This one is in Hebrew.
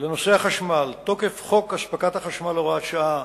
לנושא החשמל: תוקף חוק הספקת החשמל (הוראת שעה),